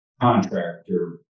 contractor